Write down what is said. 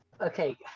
okay